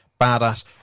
badass